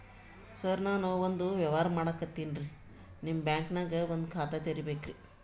ಸರ ನಾನು ಒಂದು ವ್ಯವಹಾರ ಮಾಡಕತಿನ್ರಿ, ನಿಮ್ ಬ್ಯಾಂಕನಗ ಒಂದು ಖಾತ ತೆರಿಬೇಕ್ರಿ?